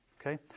Okay